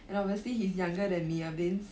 and obviously he's younger than me ah means